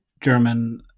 german